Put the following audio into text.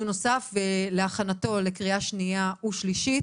נוסף להכנתו לקריאה השנייה והשלישית,